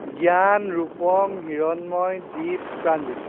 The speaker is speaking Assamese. জ্ঞান ৰূপম হিৰণ্ময় দ্বীপ প্ৰাণজিৎ